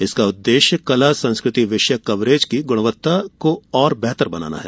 इसका उद्देश्य कला संस्कृति विषयक कवरेज की गुणवत्ता को और बेहतर बनाना है